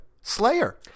Slayer